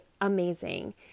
amazing